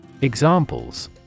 Examples